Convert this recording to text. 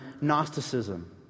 Gnosticism